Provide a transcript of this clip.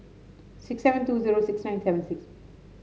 six seven two zero six nine seven six